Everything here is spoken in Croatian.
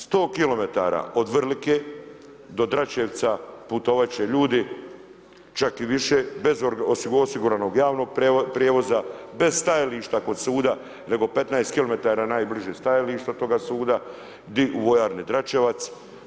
100 km od Vrlike do Dračevca putovat će ljudi, čak i više bez osiguranog javnog prijevoza, bez stajališta kod suda, nego 15 km najbliže stajalište od toga suda u vojarni Dračevac.